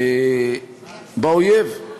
באויב.